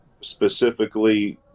specifically –